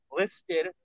listed